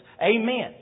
Amen